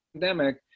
pandemic